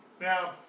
Now